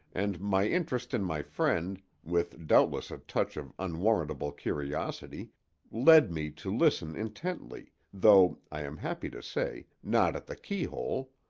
and my interest in my friend with doubtless a touch of unwarrantable curiosity led me to listen intently, though, i am happy to say, not at the keyhole.